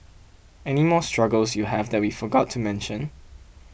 any more struggles you have that we forgot to mention